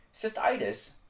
Cystitis